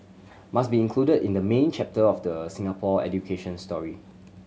must be included in the main chapter of the Singapore education story